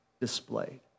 displayed